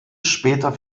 später